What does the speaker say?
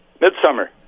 Midsummer